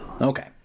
Okay